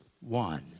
one